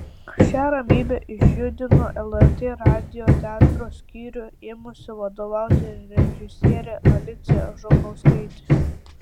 šią ramybę išjudino lrt radijo teatro skyriui ėmusi vadovauti režisierė alicija žukauskaitė